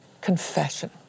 confession